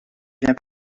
biens